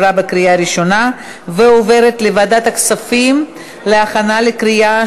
לוועדת הכספים נתקבלה.